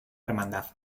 hermandad